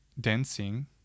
Dancing